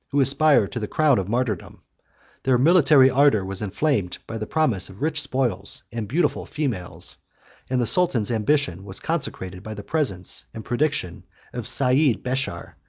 who aspired to the crown of martyrdom their military ardor was inflamed by the promise of rich spoils and beautiful females and the sultan's ambition was consecrated by the presence and prediction of seid bechar,